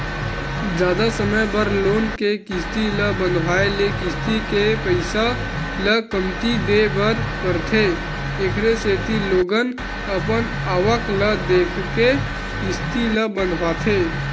जादा समे बर लोन के किस्ती ल बंधाए ले किस्ती के पइसा ल कमती देय बर परथे एखरे सेती लोगन अपन आवक ल देखके किस्ती ल बंधवाथे